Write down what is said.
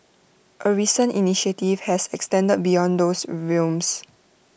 A recent initiative has extended beyond those realms